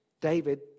David